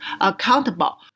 accountable